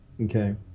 Okay